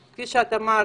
כי כפי שאת אמרת,